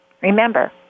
Remember